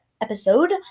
episode